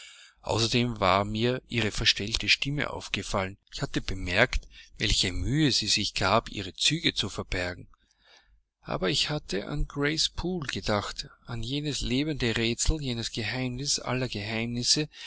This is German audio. außerdem war mir ihre verstellte stimme aufgefallen ich hatte bemerkt welche mühe sie sich gab ihre züge zu verbergen aber ich hatte an grace poole gedacht an jenes lebende rätsel jenes geheimnis aller geheimnisse